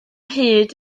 hyd